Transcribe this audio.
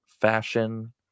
fashion